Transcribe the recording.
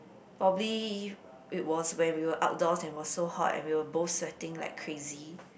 probably it was when we were outdoors and was so hot and we were both sweating like crazy